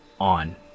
on